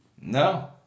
No